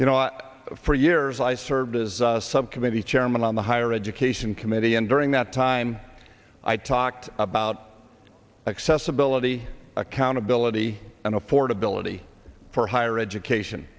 you know for years i served as a subcommittee chairman on the higher education committee and during that time i talked about accessibility accountability and affordability for higher education